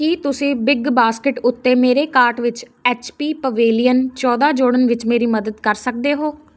ਕੀ ਤੁਸੀਂ big basket ਉੱਤੇ ਮੇਰੇ ਕਾਰਟ ਵਿੱਚ ਐਚਪੀ ਪਵੇਲੀਅਨ ਚੌਦ੍ਹਾਂ ਜੋੜਨ ਵਿੱਚ ਮੇਰੀ ਮਦਦ ਕਰ ਸਕਦੇ ਹੋ